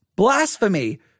blasphemy